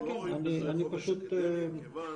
אנחנו לא רואים בזה חופש אקדמי מכיוון